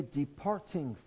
departing